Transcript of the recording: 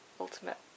Ultimate